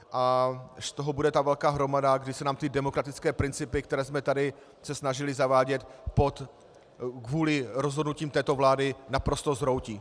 A z toho bude ta velká hromada, kdy se nám ty demokratické principy, které jsme si tady snažili zavádět, kvůli rozhodnutí této vlády naprosto zhroutí.